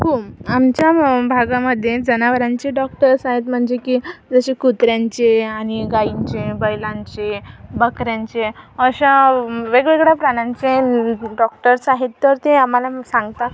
home आमच्या भागामध्ये जनावरांचे डॉक्टर्स आहेत म्हणजे की जसे कुत्र्यांचे आणि गायींचे बैलांचे बकऱ्यांचे अशा वेगवेगळ्या प्राण्यांचे डॉक्टर्स आहेत तर ते आम्हाला सांगतात